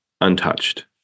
untouched